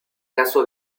caso